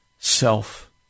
self